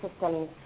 systems